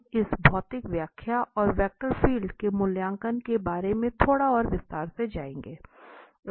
हम इस भौतिक व्याख्या और वेक्टर फील्ड के मूल्यांकन के बारे में थोड़ा और विस्तार से जाऐंगे